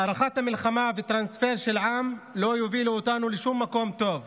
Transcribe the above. הארכת המלחמה וטרנספר של עם לא יובילו אותנו לשום מקום טוב,